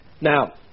Now